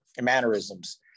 mannerisms